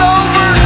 over